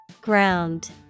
Ground